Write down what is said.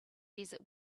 desert